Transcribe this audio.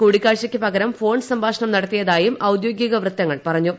കൂടിക്കാഴ്ചയ്ക്ക് പകരം ഫോൺ സംഭാഷണം നടത്തിയതായും ഔദ്യോഗിക വൃത്തങ്ങൾപറഞ്ഞു